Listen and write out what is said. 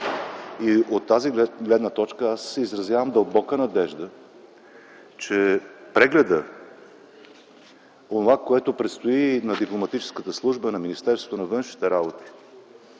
И от тази гледна точка аз изразявам дълбока надежда, че прегледът, онова, което предстои на дипломатическата служба на Министерството на външните работи,